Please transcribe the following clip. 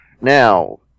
Now